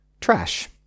trash